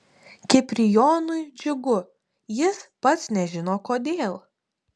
kiprijonui džiugu jis pats nežino kodėl